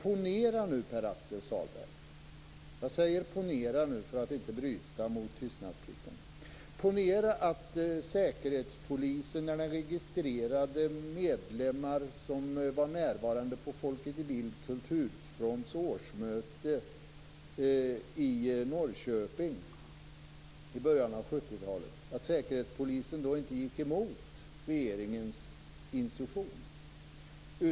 Ponera nu, Pär-Axel Sahlberg - jag säger ponera för att inte bryta mot tystnadsplikten - att Säkerhetspolisen när den registrerade medlemmar som var närvarande vid Folket i Bild Kulturfronts årsmöte i Norrköping i början av 70-talet inte gick emot regeringens instruktion.